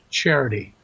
charity